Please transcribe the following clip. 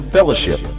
Fellowship